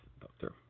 Doctor